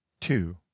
two